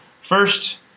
First